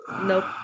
Nope